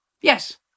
Yes